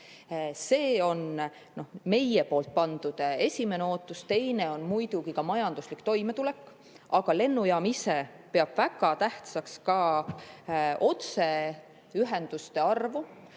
See on meie poolt pandud esimene ootus. Teine on muidugi majanduslik toimetulek. Aga lennujaam ise peab väga tähtsaks ka otseühenduste arvu,